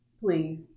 Please